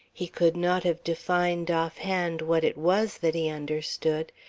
he could not have defined offhand what it was that he understood.